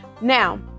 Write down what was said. Now